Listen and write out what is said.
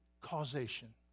causation